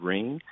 Ring